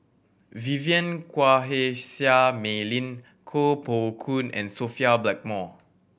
Vivien Quahe Seah Mei Lin Koh Poh Koon and Sophia Blackmore